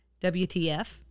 WTF